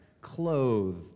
clothed